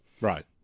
right